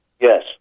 Yes